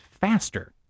faster